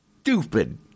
stupid